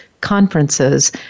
conferences